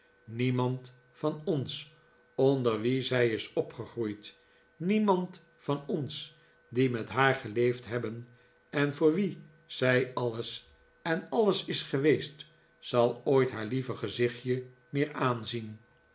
niemand van ons onder wie zij is opgegroeid niemand van ons die met haar geleefd hebben en voor wie zij alles en alles is geweest zal ooit haar lieve gezichtje meer aanzien